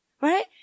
Right